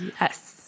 yes